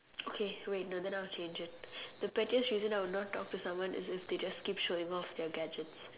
okay wait no then I'll change it the pettiest reason I would not talk to someone is if they just keep showing off their gadgets